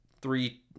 three